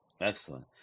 Excellent